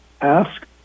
ask